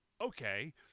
okay